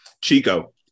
Chico